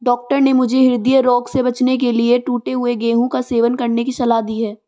doctor ने मुझे हृदय रोग से बचने के लिए टूटे हुए गेहूं का सेवन करने की सलाह दी है